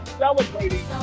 celebrating